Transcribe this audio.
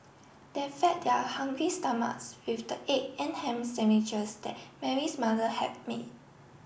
they fed their hungry stomachs with the egg and ham sandwiches that Mary's mother had made